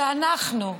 שאנחנו,